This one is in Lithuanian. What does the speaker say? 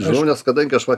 žmonės kadangi aš va